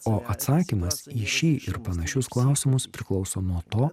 o atsakymas į šį ir panašius klausimus priklauso nuo to